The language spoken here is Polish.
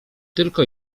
tylko